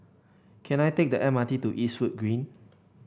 can I take the M R T to Eastwood Green